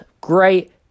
Great